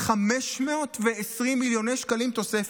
520 מיליוני שקלים תוספת.